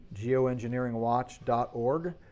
geoengineeringwatch.org